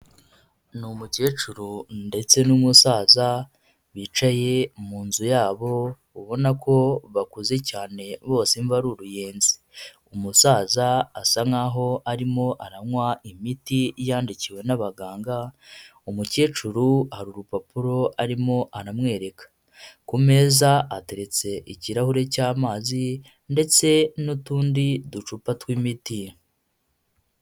Ni umukecuru ndetse n'umusaza, bicaye mu nzu yabo, ubona ko bakuze cyane bose imvi ari uruyenzi, umusaza asa nkaho arimo aranywa imiti yandikiwe n'abaganga, umukecuru hari urupapuro arimo anamwereka, ku meza ateretse ikirahure cy'amazi, ndetse n'utundi ducupa tw'imiti.